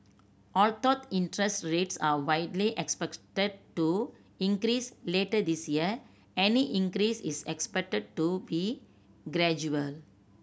although interest rates are widely expected to increase later this year any increase is expected to be gradual